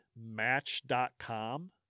Match.com